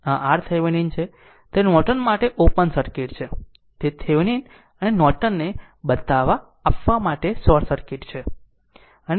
આ RThevenin છે તે નોર્ટન માટે ઓપન સર્કિટ છે તે થેવેનિન અને નોર્ટન ને બતાવવા આપવા માટે શોર્ટ સર્કિટ છે